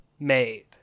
made